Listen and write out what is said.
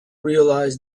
realise